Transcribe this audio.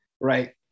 right